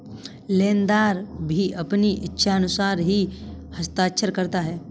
लेनदार भी अपनी इच्छानुसार ही हस्ताक्षर करता है